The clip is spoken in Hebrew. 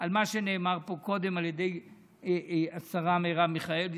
על מה שנאמר פה קודם על ידי השרה מרב מיכאלי,